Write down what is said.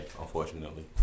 unfortunately